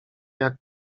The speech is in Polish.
jak